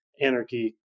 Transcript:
anarchy